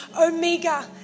Omega